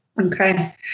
Okay